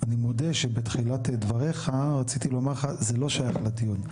אני מודה שבתחילת דבריך רציתי לומר לך 'זה לא שייך לדיון'.